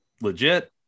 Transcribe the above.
legit